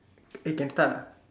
eh can start ah